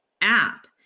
app